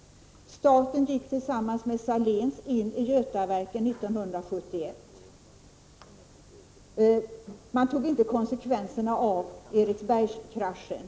Staten gick tillsammans med Saléns in i Götaverken 1971. Man tog inte konsekvenserna av Eriksbergskraschen.